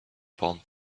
palm